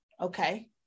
okay